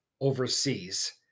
overseas